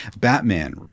Batman